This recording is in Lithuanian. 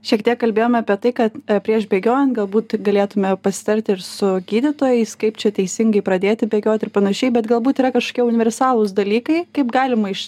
šiek tiek kalbėjome apie tai kad prieš bėgiojant galbūt galėtume pasitarti ir su gydytojais kaip čia teisingai pradėti bėgioti ir panašiai bet galbūt yra kažkokie universalūs dalykai kaip galima iš